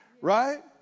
right